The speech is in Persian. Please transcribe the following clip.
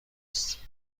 است